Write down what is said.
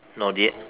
not this